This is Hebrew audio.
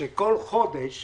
שכל חודש